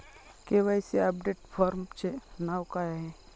KYC update फॉर्मचे नाव काय आहे?